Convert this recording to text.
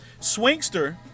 Swingster